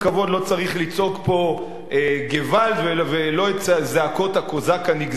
לא צריך לצעוק פה געוואלד ולא את זעקות הקוזק הנגזל.